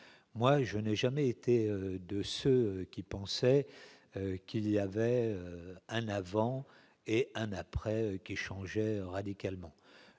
Je n'ai jamais été de ceux qui pensaient qu'il y avait un « avant » et un « après » qui changeait radicalement.